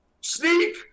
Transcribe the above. sneak